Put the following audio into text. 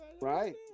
Right